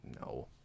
No